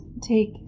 take